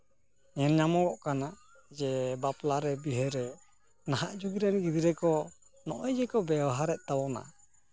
ᱧᱮᱞ ᱧᱟᱢᱚᱜ ᱠᱟᱱᱟ ᱵᱟᱯᱞᱟᱨᱮ ᱵᱤᱦᱟᱹᱨᱮ ᱱᱟᱦᱟᱜ ᱡᱩᱜᱽ ᱨᱮᱱ ᱜᱤᱫᱽᱨᱟᱹ ᱠᱚ ᱱᱚᱜᱼᱚᱭ ᱡᱮᱵᱚᱱ ᱵᱮᱵᱚᱦᱟᱨᱮᱜ ᱛᱟᱵᱚ ᱱᱟ